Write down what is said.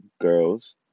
girls